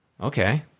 okay